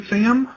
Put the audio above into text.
Sam